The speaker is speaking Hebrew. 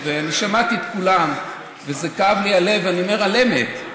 שמעתי את כולם וכאב לי הלב, אני אומר על אמת,